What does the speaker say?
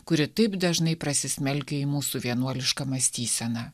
kuri taip dažnai prasismelkia į mūsų vienuolišką mąstyseną